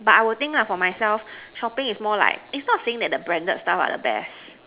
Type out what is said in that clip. but I will think for myself shopping is more like is not saying the branded stuff are the best